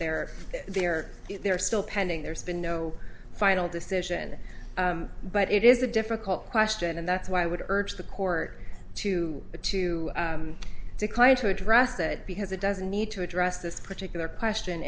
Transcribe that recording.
they're there they're still pending there's been no final decision but it is a difficult question and that's why i would urge the court to the to decline to address that because it doesn't need to address this particular question